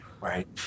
right